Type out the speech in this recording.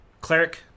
Cleric